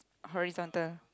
horizontal